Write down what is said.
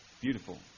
beautiful